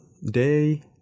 Day